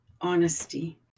honesty